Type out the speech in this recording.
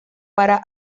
para